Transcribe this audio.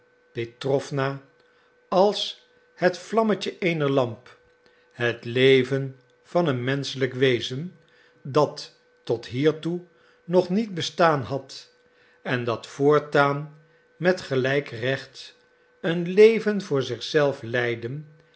petrowna als het vlammetje eener lamp het leven van een menschelijk wezen dat tot hiertoe nog niet bestaan had en dat voortaan met gelijk recht een leven voor zich zelf leiden